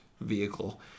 vehicle